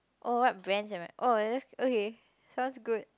oh what brands am I oh okay sounds good